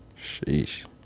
Sheesh